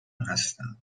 هستم